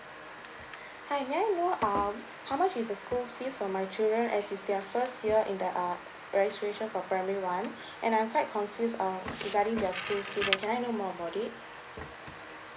hi may I know um how much is the school fees for my children as this is their first year in the uh registration for primary one and I'm quite confused um regarding their school fees and can I know more about it